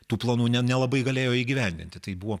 tų planų ne nelabai galėjo įgyvendinti tai buvo